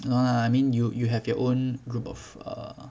no lah I mean you you have your own group of err